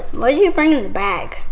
you bring in the bag?